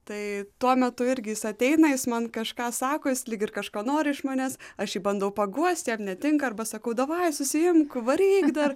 tai tuo metu irgi jis ateina jis man kažką sako jis lyg ir kažko nori iš manęs aš jį bandau paguosti jam netinka arba sakau davai susiimk varyk dar